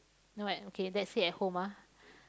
know what okay let's say at home ah